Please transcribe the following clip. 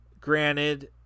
Granted